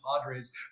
Padres